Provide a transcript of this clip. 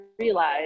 realize